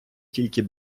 тільки